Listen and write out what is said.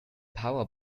power